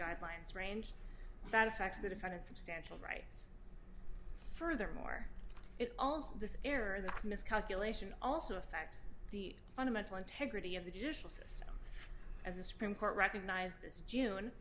guidelines range that affects the defendant substantial rights furthermore it also this error this miscalculation also affects the fundamental integrity of the judicial system as the supreme court recognized this june